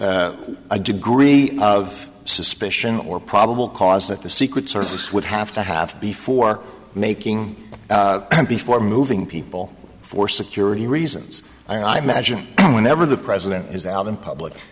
a a degree of suspicion or probable cause that the secret service would have to have before making before moving people for security reasons i mean i imagine whenever the president is out in public